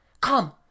come